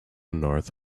north